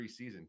preseason